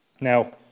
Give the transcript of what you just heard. Now